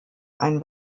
ein